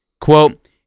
Quote